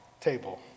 table